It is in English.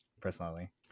personally